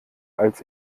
als